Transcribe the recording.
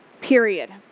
period